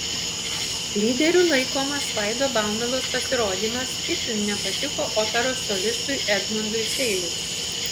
lyderiu laikomas vaido baumilos pasirodymas itin nepatiko operos solistui edmundui seiliui